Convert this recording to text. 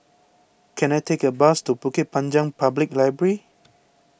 can I take a bus to Bukit Panjang Public Library